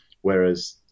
whereas